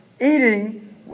eating